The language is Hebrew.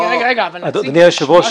רגע, רגע, אבל נציג רשמי?